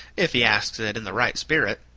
if he asks it in the right spirit.